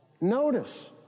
notice